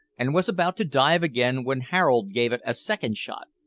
and was about to dive again when harold gave it a second shot.